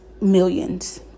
millions